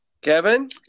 Kevin